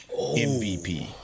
MVP